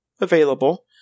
available